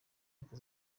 leta